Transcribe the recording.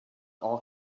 all